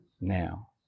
now